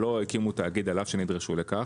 שלא הקימו תאגיד על-אף שנדרשו לכך,